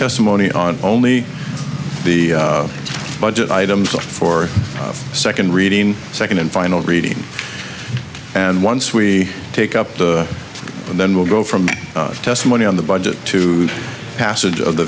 testimony on only the budget items or for a second reading second and final reading and once we take up and then we'll go from testimony on the budget to passage of the